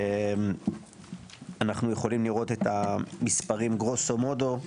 אנחנו יכולים לראות את המספרים, גרוסו מודו.